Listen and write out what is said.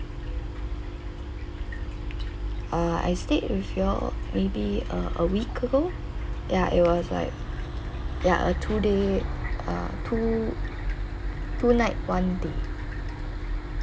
uh I stayed with you all maybe uh a week ago ya it was like ya a two day uh two two night one day